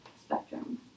spectrum